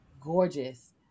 gorgeous